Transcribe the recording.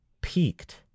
Peaked